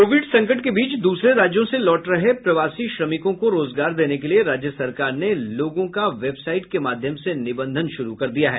Covid संकट के बीच दूसरे राज्यों से लौट रहे प्रवासी श्रमिकों को रोजगार देने के लिए राज्य सरकार ने लोगों का वेबसाइट के माध्यम से निबंधन श्रू किया है